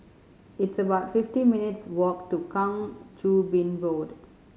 it's about fifty minutes' walk to Kang Choo Bin Road